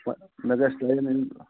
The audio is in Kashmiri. پتہٕ مےٚ گَژھِ وٲرۍ میلٕنۍ